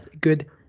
good